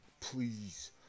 please